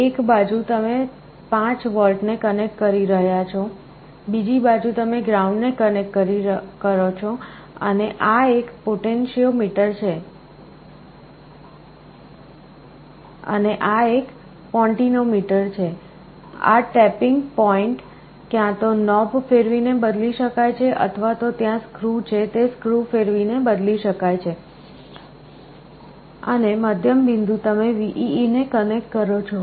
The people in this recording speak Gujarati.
એક બાજુ તમે 5V ને કનેક્ટ કરી શકો છો બીજી બાજુ તમે ગ્રાઉન્ડ ને કનેક્ટ કરો છો અને આ એક પોન્ટિનોમીટર છે આ ટેપીંગ પૉઇન્ટ ક્યાં તો નોબ ફેરવીને બદલી શકાય છે અથવા તો ત્યાં સ્ક્રુ છે તે સ્ક્રુ ફેરવીને બદલી શકાય છે અને મધ્યમ બિંદુ તમે VEE ને કનેક્ટ કરો છો